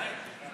אליי?